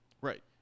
Right